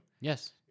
Yes